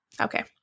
Okay